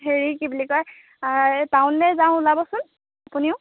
হেৰি কি বুলি কয় এই টাউনলৈ যাওঁ ওলাবচোন আপুনিও